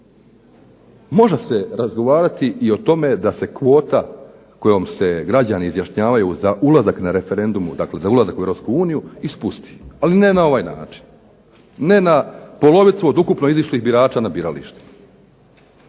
može se razgovarati i o tome da se kvota kojom se građani izjašnjavaju za ulazak na referendumu, dakle za ulazak u Europsku uniju i spusti ali ne na ovaj način. Ne na polovicu od ukupno izišlih birača na biralište.